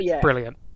brilliant